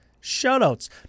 Shout-outs